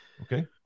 Okay